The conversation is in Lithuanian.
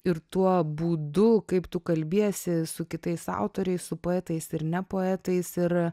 ir tuo būdu kaip tu kalbiesi su kitais autoriais su poetais ir ne poetais ir